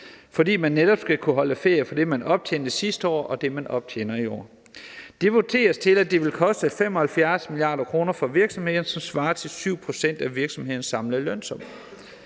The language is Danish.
fordi man netop skal kunne holde ferie for det, man optjente sidste år, og det, man optjener i år. Det vurderes til, at det vil koste 75 mia. kr. for virksomhederne, som svarer til 7 pct. af virksomhedernes samlede lønsum.